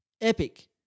Epic